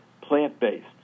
plant-based